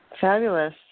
Fabulous